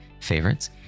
favorites